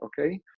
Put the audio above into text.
Okay